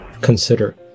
consider